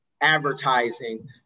advertising